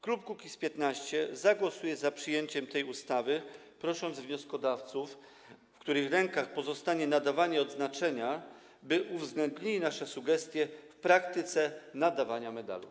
Klub Kukiz’15 zagłosuje za przyjęciem tej ustawy, prosząc wnioskodawców, w których rękach pozostanie nadawanie odznaczenia, by uwzględnili nasze sugestie w praktyce nadawania medalu.